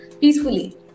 peacefully